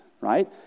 right